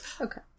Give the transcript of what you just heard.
Okay